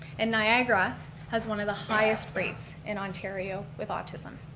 and niagara has one of the highest rates in ontario with autism.